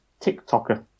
TikToker